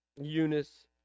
Eunice